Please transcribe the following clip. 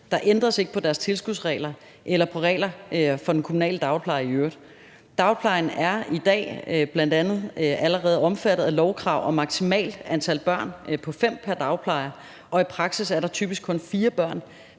Der ændres ikke på deres tilskudsregler eller på regler for den kommunale dagpleje i øvrigt. Dagplejen er i dag bl.a. allerede omfattet af lovkrav om maksimalt antal børn på fem pr. dagplejer, og i praksis er der typisk kun fire børn